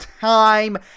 time